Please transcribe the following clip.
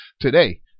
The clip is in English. Today